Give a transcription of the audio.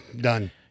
done